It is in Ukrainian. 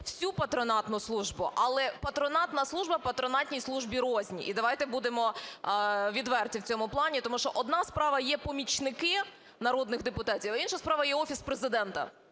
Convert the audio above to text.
всю патронатну службу. Але патронатна служба патронатній службі рознь. І давайте будемо відверті в цьому плані. Тому що одна справа є помічники народних депутатів, а інша справа є Офіс Президента.